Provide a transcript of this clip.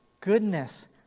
goodness